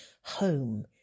home